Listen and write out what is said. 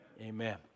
Amen